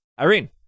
Irene